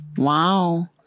Wow